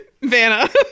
vanna